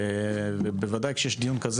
ובוודאי שיש כזה,